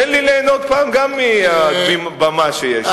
תן לי ליהנות פעם גם מהבמה שיש לי.